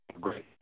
Great